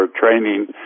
training